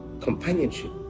companionship